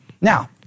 Now